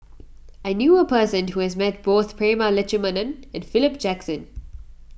I knew a person who has met both Prema Letchumanan and Philip Jackson